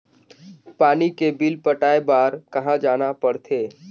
पानी के बिल पटाय बार कहा जाना पड़थे?